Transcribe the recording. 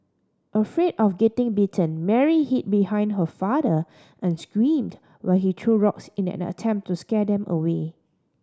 afraid of getting bitten Mary hid behind her father and screamed while he threw rocks in an attempt to scare them away